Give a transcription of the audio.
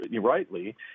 rightly